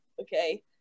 Okay